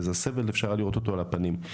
ואת הסבל אפשר לראות על הפנים.